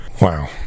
Wow